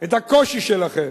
את הקושי שלכם,